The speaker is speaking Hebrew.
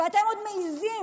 ואתם עוד מעיזים,